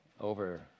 over